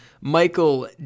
Michael